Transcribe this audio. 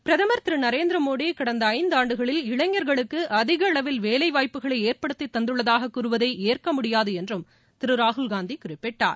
பிரதமர் திரு நரேந்திர மோடி கடந்த ஐந்தாண்டுகளில் இளைஞர்களுக்கு அதிகளவில் வேலை வாய்ப்புகளை ஏற்படுத்தித் தந்துள்ளதாக கூறுவதை ஏற்கமுடியாது என்றும் அவர் குறிப்பிட்டார்